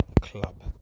club